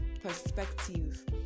perspective